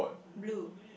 blue